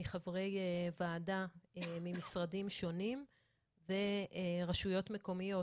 מחברי ועדה ממשרדים שונים ורשויות מקומיות,